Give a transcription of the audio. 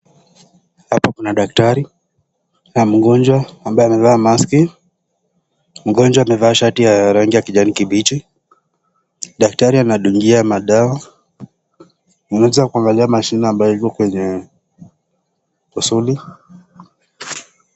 Hapa kuna daktari, na mgonjwa amevaa maski, mgonjwa amevaa shati ya kijano kibichi, daktari anadungia madawa, mmeacha kuangalia mashini yenye iko kusuri.